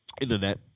internet